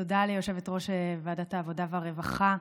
תודה ליושבת-ראש ועדת העבודה והרווחה,